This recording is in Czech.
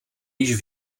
již